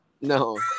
No